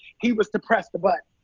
he was to press the but